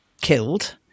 killed